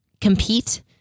compete